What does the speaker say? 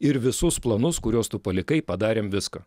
ir visus planus kuriuos tu palikai padarėm viską